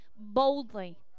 boldly